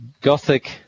gothic